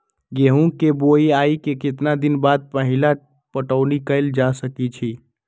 गेंहू के बोआई के केतना दिन बाद पहिला पटौनी कैल जा सकैछि?